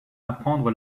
apprendre